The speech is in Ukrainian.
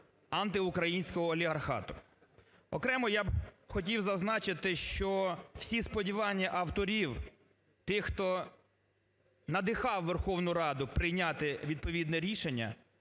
антиукраїнського олігархату. Окремо я б хотів зазначити, що всі сподівання авторів, тих, хто надихав Верховну Раду прийняти відповідне рішення,